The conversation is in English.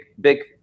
big